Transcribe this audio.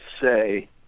say